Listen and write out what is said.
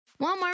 walmart